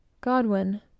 Godwin